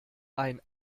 ein